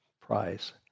prize